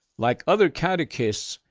like other catechists,